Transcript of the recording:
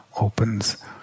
opens